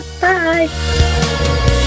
Bye